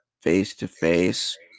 face-to-face